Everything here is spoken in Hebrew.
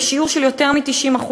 בשיעור שיותר מ-90%,